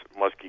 muskie